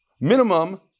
minimum